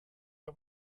yet